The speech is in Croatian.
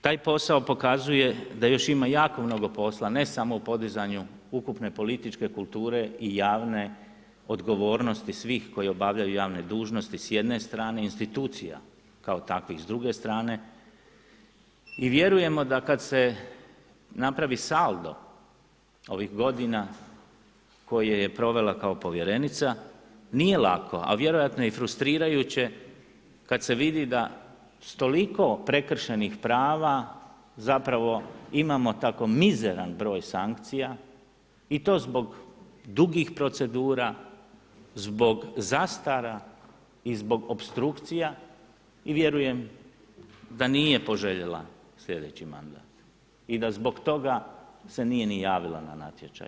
Taj posao pokazuje da još ima jako mnogo posla ne samo u podizanju ukupne političke kulture i javne odgovornosti svih koji obavljaju javne dužnosti s jedne strane, institucija kao takvih s druge strane i vjerujemo da kada se napravi saldo ovih godina koje je provela kao povjerenica, nije lako, a vjerojatno i frustrirajuće kada se vidi da s toliko prekršenih prava imamo tako mizeran broj sankcija i to zbog dugih procedura, zbog zastara i zbog opstrukcija i vjerujem da nije poželjela sljedeći mandat i da zbog toga se nije ni javila na natječaj.